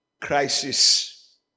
crisis